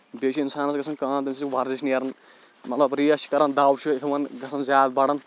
بیٚیہِ چھِ اِنسانَس گژھان کٲم تَمہِ سۭتۍ چھِ ورزِش نیرن مطلب ریس چھِ کران دو چھِ یِوان گژھان زیادٕ بَڑان